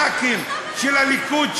חברי הכנסת של הליכוד,